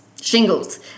shingles